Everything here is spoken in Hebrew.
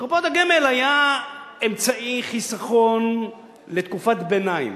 שקופות הגמל היו אמצעי חיסכון לתקופת ביניים,